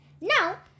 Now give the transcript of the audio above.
Now